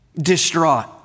distraught